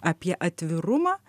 apie atvirumą